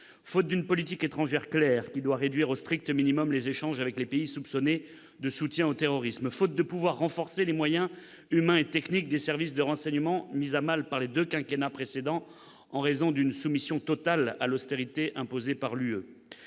Faute d'une politique étrangère claire, qui doit réduire au strict minimum les échanges avec les pays soupçonnés de soutien au terrorisme, faute de pouvoir renforcer les moyens humains et techniques des services de renseignement mis à mal par les deux quinquennats précédents, en raison d'une soumission totale à l'austérité imposée par l'Union